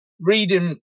reading